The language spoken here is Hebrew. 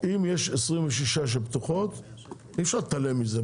אם יש 26 שפתוחות אי אפשר להתעלם מזה,